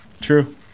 True